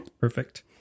Perfect